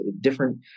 different